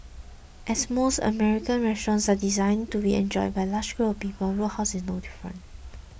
as most American restaurants are designed to be enjoyed by large groups of people Roadhouse is no different